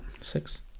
Six